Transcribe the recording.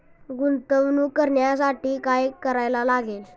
गुंतवणूक करण्यासाठी काय करायला लागते?